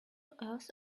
earth